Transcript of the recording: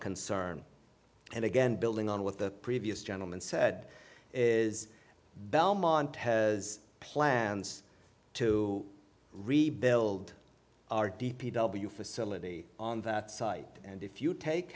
concern and again building on what the previous gentleman said is belmont has plans to rebuild our d p w facility on that site and if you take